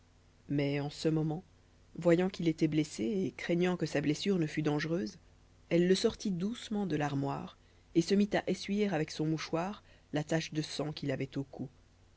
mais en ce moment voyant qu'il était blessé et craignant que sa blessure ne fût dangereuse elle le sortit doucement de l'armoire et se mit a essuyer avec son mouchoir la tache de sang qu'il avait au cou